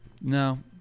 No